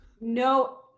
No